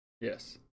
Yes